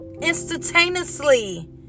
Instantaneously